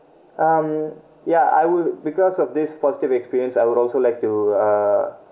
um yeah I would because of this positive experience I would also like to uh